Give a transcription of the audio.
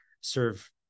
serve